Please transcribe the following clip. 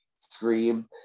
scream